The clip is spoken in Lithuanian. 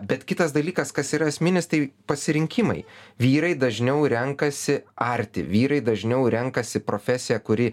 bet kitas dalykas kas yra esminis tai pasirinkimai vyrai dažniau renkasi arti vyrai dažniau renkasi profesiją kuri